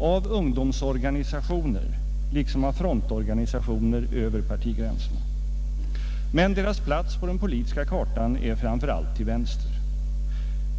av ungdomsorganisationer liksom av frontorganisationer över partigränserna. Men deras plats på den politiska kartan är framför allt till vänster.